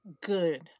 good